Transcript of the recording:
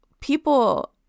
people